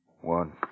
One